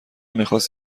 میخواست